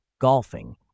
golfing